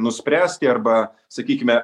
nuspręsti arba sakykime